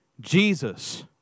Jesus